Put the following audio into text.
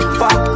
fuck